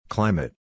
Climate